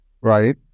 right